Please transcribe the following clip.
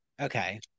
okay